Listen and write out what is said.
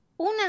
Una